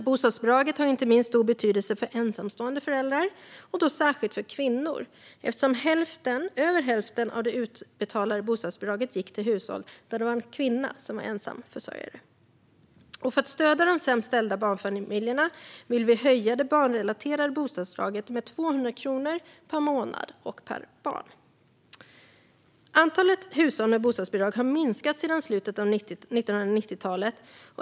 Bostadsbidraget har stor betydelse för ensamstående föräldrar, särskilt för kvinnor. Över hälften av de utbetalade bostadsbidragen gick till hushåll där det var en kvinna som var ensamförsörjare. För att stödja de sämst ställda barnfamiljerna vill vi höja det barnrelaterade bostadsbidraget med 200 kronor per månad och barn. Antalet hushåll med bostadsbidrag har minskat sedan slutet av 1990-talet.